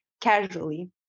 casually